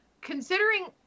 considering